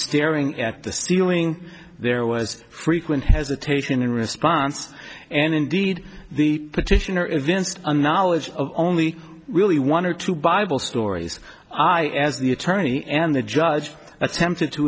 staring at the ceiling there was frequent hesitation in response and indeed the petitioner evinced a knowledge of only really one or two bible stories i as the attorney and the judge attempted to